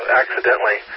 accidentally